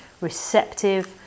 receptive